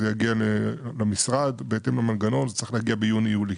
הרווח יגיע למשרד ביוני-יולי